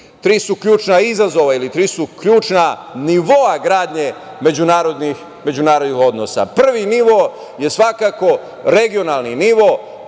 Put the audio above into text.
odnosi, da kažem, tri su ključna nivoa gradnje međunarodnih odnosa. Prvi nivo je svakako regionalni nivo,